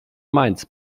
mainz